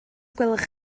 gwelwch